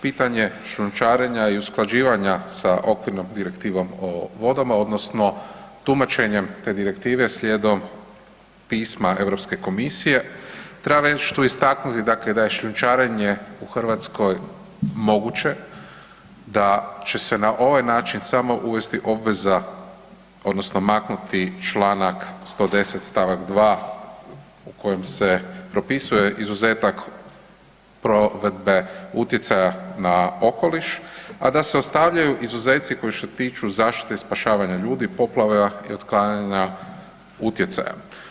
Pitanje šljunčarenja i usklađivanja sa Okvirnom direktivom o vodama odnosno tumačenjem te direktive slijedom pisma Europske komisije treba već tu istaknuti dakle da je šljunčarenje u Hrvatskoj moguće, da će se na ovaj način samo uvesti obveza odnosno maknuti čl. 110. st. 2. u kojem se propisuje izuzetak provedbe utjecaja na okoliš, a da se ostavljaju izuzeci koji se tiču zaštite i spašavanja ljudi, poplava i otklanjanja utjecaja.